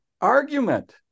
argument